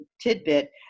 tidbit